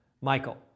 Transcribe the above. Michael